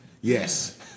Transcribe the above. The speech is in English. Yes